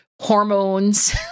hormones